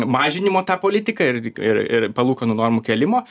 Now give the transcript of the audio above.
mažinimo tą politiką ir ir ir palūkanų normų kėlimo